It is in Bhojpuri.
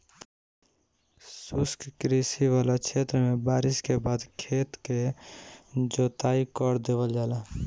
शुष्क कृषि वाला क्षेत्र में बारिस के बाद खेत क जोताई कर देवल जाला